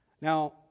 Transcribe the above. now